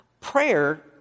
Prayer